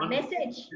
Message